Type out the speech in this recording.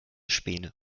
späne